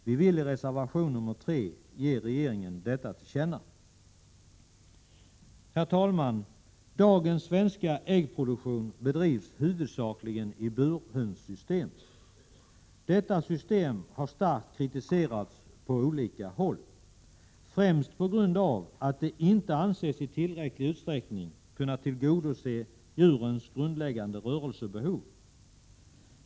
Vi vill i reservation nr 3 ge regeringen detta till känna. Herr talman! Dagens svenska äggproduktion bedrivs huvudsakligen i burhönssystem. Detta system har starkt kritiserats på olika håll, främst på grund av att det inte anses i tillräcklig utsträckning kunna tillgodose djurens grundläggande rörelsebehov.